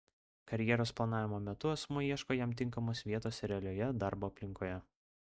karjeros planavimo metu asmuo ieško jam tinkamos vietos realioje darbo aplinkoje